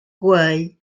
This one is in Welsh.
gweu